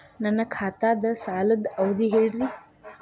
ನನ್ನ ಖಾತಾದ್ದ ಸಾಲದ್ ಅವಧಿ ಹೇಳ್ರಿ